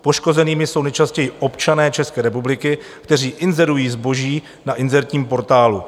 Poškozenými jsou nejčastěji občané České republiky, kteří inzerují zboží na inzertním portálu.